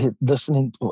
listening